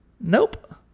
Nope